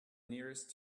nearest